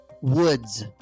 Woods